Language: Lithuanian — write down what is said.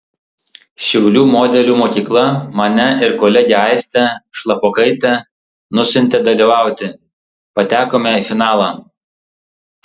šiaulių modelių mokykla mane ir kolegę aistę šlapokaitę nusiuntė dalyvauti patekome į finalą